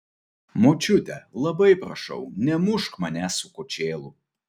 močiute labai prašau nemušk manęs su kočėlu